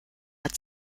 hat